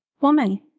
Woman